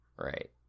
Right